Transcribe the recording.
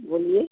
बोलिए